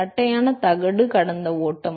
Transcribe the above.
தட்டையான தகடு கடந்த ஓட்டம்